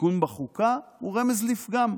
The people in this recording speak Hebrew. תיקון בחוקה הוא רמז לפגם,